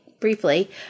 briefly